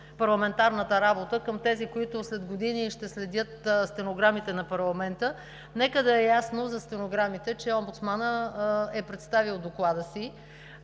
парламентарната работа, към тези, които след години ще следят стенограмите на парламента, нека да е ясно за стенограмите, че омбудсманът е представил Доклада си,